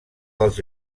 dels